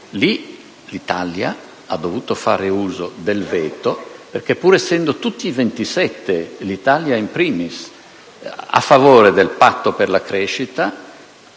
quel caso ha dovuto fare uso del veto. Pur essendo tutti i 27, l'Italia *in primis*, a favore del Patto per la crescita,